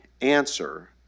answer